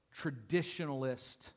traditionalist